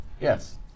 Yes